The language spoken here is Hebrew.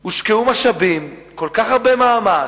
הושקעו משאבים, כל כך הרבה מאמץ,